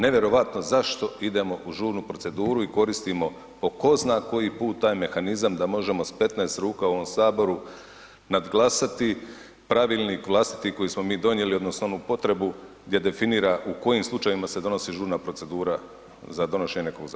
Nevjerovatno zašto idemo u žurnu proceduru i koristimo po zna koji put taj mehanizam da možemo s 15 ruka o ovom Saboru nadglasati pravilnik vlastiti koji smo mi donijeli odnosno onu potrebu gdje definira u kojim slučajevima se donosi žurna procedura za donošenje nekog zakona.